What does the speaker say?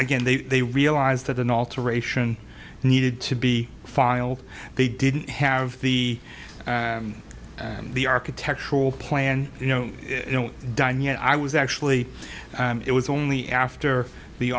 again they realized that an alteration needed to be filed they didn't have the on the architectural plan you know done yet i was actually it was only after the